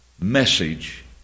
message